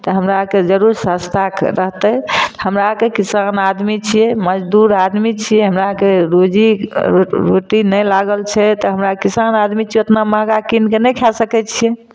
तऽ हमरा आरके जरूर सस्ता रहतै हमरा आरके किसान आदमी छियै मजदूर आदमी छियै हमरा आरके रोजी रोटी नहि लागल छै तऽ हमरा आरके किसान आदमी छियै ओतना महँगा कीनके नहि खाए सकैत छियै